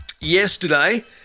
yesterday